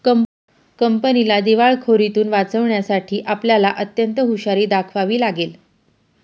कंपनीला दिवाळखोरीतुन वाचवण्यासाठी आपल्याला अत्यंत हुशारी दाखवावी लागेल